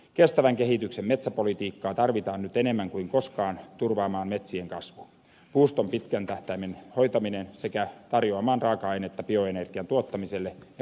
kestävän kehityksen metsäpolitiikkaa tarvitaan nyt enemmän kuin koskaan turvaamaan metsien kasvu puuston pitkän tähtäimen hoitaminen sekä tarjoamaan raaka ainetta bioenergian tuottamiselle ja metsäteollisuudelle